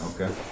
Okay